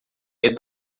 medo